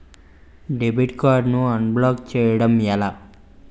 Debit card ను unblock block చేయటం ఎలా?